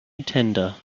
tender